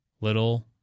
little